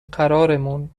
قرارمون